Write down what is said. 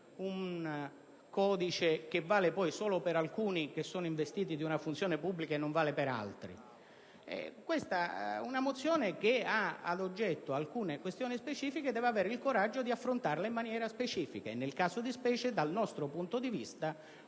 un codice che vale solo per alcuni che sono investiti di una funzione pubblica e non per altri. Questa è una mozione che ha ad oggetto alcune questioni specifiche e deve avere il coraggio di affrontarle in maniera specifica. Nel caso di specie, dal nostro punto di vista, una mozione